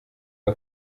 uyu